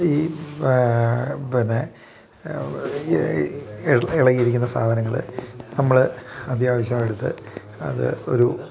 ഈ പിന്നെ ഇളകിയിരിക്കുന്ന സാദനങ്ങൾ നമ്മൾ അത്യാവശ്യമെടുത്തു അത് ഒരു